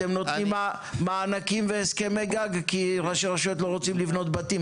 אתם נותנים מענקים והסכמי גג כי ראשי רשויות לא רוצים לבנות בתים.